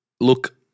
look